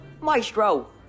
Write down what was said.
Maestro